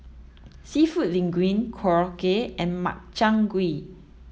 Seafood Linguine Korokke and Makchang gui